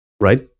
right